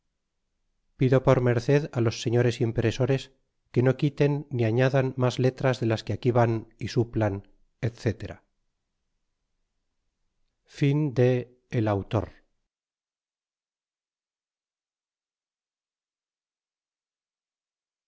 pido por merced á los señores impresores que no quiten ni añadan mas letras de las que aquí van é suplan etc